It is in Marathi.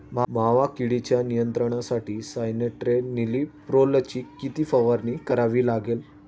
मावा किडीच्या नियंत्रणासाठी स्यान्ट्रेनिलीप्रोलची किती फवारणी करावी लागेल?